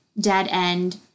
dead-end